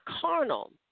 carnal